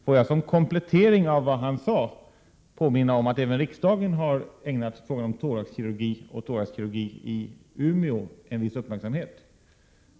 Får jag som komplettering av vad han sade påminna om att även riksdagen har ägnat frågan om thoraxkirurgi — och thoraxkirurgi i Umeå — en viss uppmärksamhet.